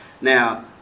Now